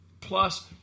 plus